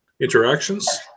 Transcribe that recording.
interactions